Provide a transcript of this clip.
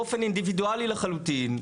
באופן אינדיבידואלי לחלוטין,